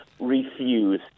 refuse